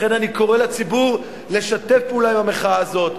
לכן אני קורא לציבור לשתף פעולה עם המחאה הזו.